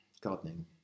Gardening